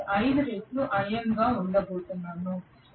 5 రెట్లు Im గా ఉండబోతున్నాను